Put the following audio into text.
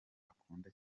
akunda